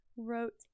wrote